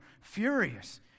furious